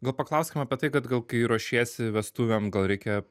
gal paklauskim apie tai kad gal kai ruošiesi vestuvėm gal reikia